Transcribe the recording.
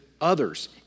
others